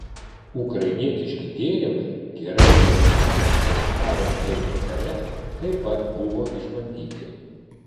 ukrainietiški gėrimai gerai įrengtame farenheito bare taip pat buvo išbandyti